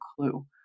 clue